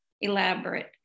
elaborate